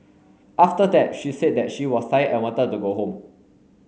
after that she said that she was tired and wanted to go home